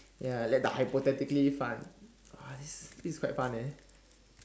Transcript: ya let the hypothetically fun !wah! this this's quite fun eh